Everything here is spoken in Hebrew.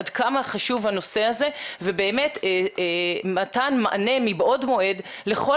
עד כמה חשוב הנושא הזה ובאמת מתן מענה מבעוד מועד לכל